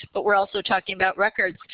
but we're also talking about records.